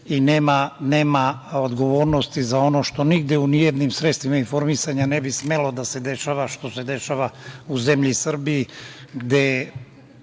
i nema odgovornosti za ono što nigde u nijednim sredstvima informisanja ne bi smelo da se dešava, što se dešava u zemlji Srbiji,